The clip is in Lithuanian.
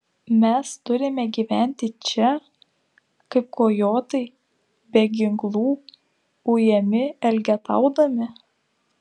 mes turime gyventi čia kaip kojotai be ginklų ujami elgetaudami